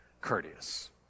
courteous